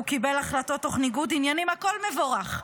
הוא קיבל החלטות תוך ניגוד עניינים, הכול מבורך.